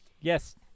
Yes